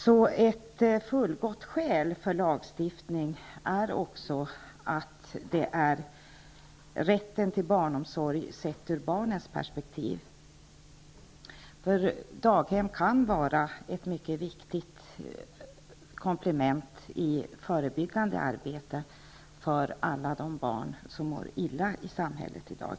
Rätten till barnomsorg sett ur barnens perspektiv är också ett fullgott skäl för lagstiftning. Daghem kan vara ett mycket viktigt komplement i ett förebyggande arbete när det gäller alla de barn som mår illa i samhället i dag.